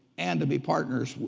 and to be partners,